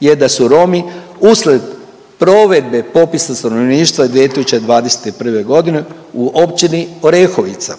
je da su Romi usled provedbe popisa stanovništva 2021.g. u Općini Orehovica